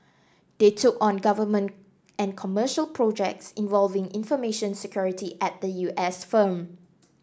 they took on government and commercial projects involving information security at the U S firm